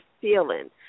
feeling